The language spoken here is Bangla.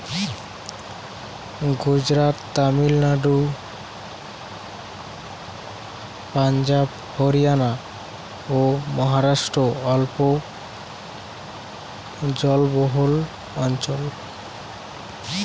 গুজরাট, তামিলনাড়ু, পাঞ্জাব, হরিয়ানা ও মহারাষ্ট্র অল্প জলবহুল অঞ্চল